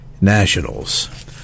nationals